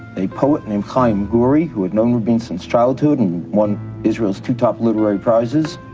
a poet named haim guri, who had known rabin since childhood and won israel's two top literary prizes.